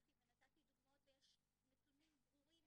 שהגדרתי ונתתי דוגמאות ויש נתונים ברורים,